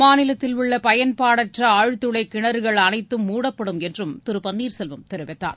மாநிலத்தில் உள்ள பயன்பாடற்ற ஆழ்துளை கிணறுகள் அனைத்தும் மூடப்படும் என்றும் திரு பன்னீர்செல்வம் தெரிவித்தார்